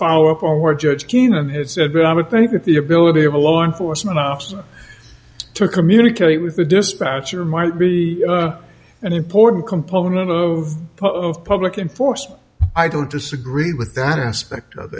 follow up on what judge keenan has said i would think that the ability of a law enforcement officer to communicate with the dispatcher might be an important component of of public inforced i don't disagree with that aspect of